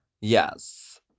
Yes